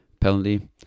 penalty